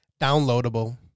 downloadable